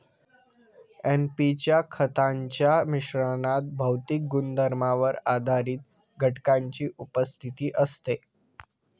NP च्या खतांच्या मिश्रणात भौतिक गुणधर्मांवर आधारित घटकांची उपस्थिती असते